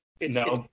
No